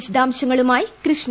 വിശദാംശങ്ങളുമായി കൃഷ്ണ